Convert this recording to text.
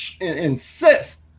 insist